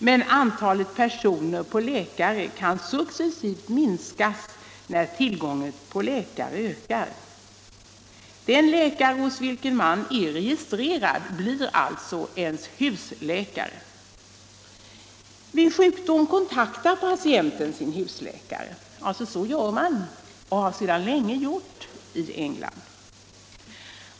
Men antalet personer per läkare kan successivt minskas när tillgången på läkare ökar. Den läkare hos vilken man är registrerad blir alltså ens ”husläkare”. Vid sjukdom kontaktar patienten ”sin” husläkare. Så gör man och har sedan länge gjort i England.